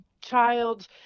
child